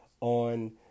on